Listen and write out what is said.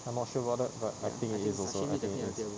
I'm not sure about that but I think it is also I think it is